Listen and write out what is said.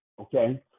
okay